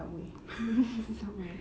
subway subway